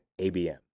ABM